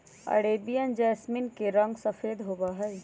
Arabian jasmine के रंग सफेद होबा हई